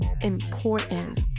important